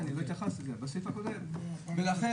הם נותנים אותו לכלל הציבור בישראל, ויותר מזה,